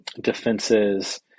defenses